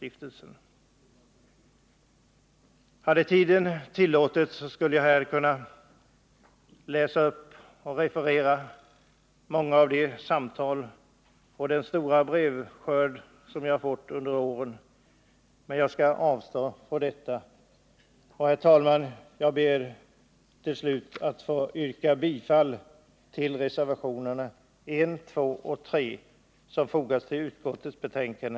Om tiden hade tillåtit det, skulle jag här ha kunnat referera en del av de många samtal och brev som jag fått under åren. Men jag skall avstå från detta. Herr talman! Slutligen yrkar jag bifall till de moderata reservationerna 1, 2 och 3 som är fogade vid utskottets betänkande.